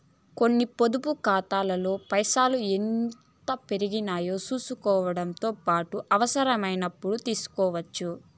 కొన్ని పొదుపు కాతాల్లో పైసల్ని ఎంత పెరిగాయో సూసుకోవడముతో పాటు అవసరమైనపుడు తీస్కోవచ్చు